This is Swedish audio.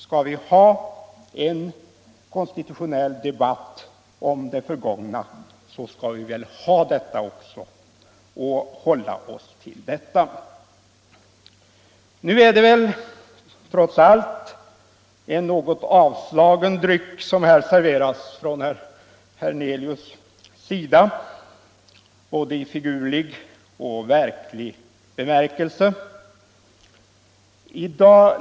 Skall vi ha en konstitutionell debatt om det förgångna, skall vi väl hålla oss till detta också. Nu är det väl trots allt en något avslagen dryck som här serveras från herr Hernelius sida, i både figurlig och verklig bemärkelse.